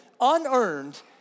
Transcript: unearned